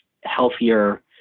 healthier